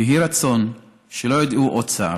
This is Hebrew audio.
ויהי רצון שלא ידעו עוד צער.